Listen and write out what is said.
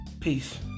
Peace